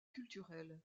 culturelle